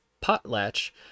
potlatch